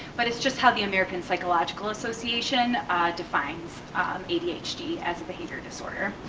but it's just how the american psychological association defines adhd as a behavior disorder.